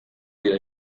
dira